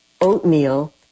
Oatmeal